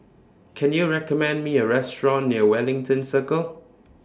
Can YOU recommend Me A Restaurant near Wellington Circle